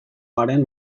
garen